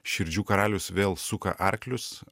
širdžių karalius vėl suka arklius